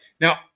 Now